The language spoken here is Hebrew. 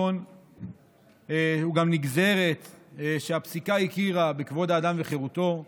הוא גם נגזרת שהפסיקה הכירה בכבוד האדם וחירותו.